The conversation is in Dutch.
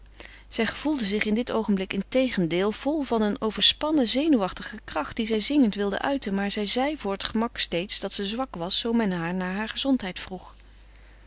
zij gevoelde zich in dit oogenblik integendeel vol van een overspannen zenuwachtige kracht die zij zingend wilde uiten maar zij zeide voor het gemak steeds dat ze zwak was zoo men haar naar heure gezondheid vroeg